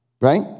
right